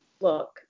look